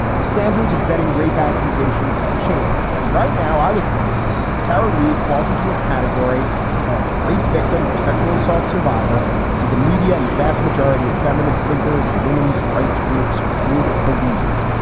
the standards of vetting, rape accusations have changed. and right now, i would say tara reid falls into a category of rape victim or sexual assault survivor who the media and the vast majority of feminist thinkers and women's rights groups would believe.